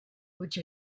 which